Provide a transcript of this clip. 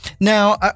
now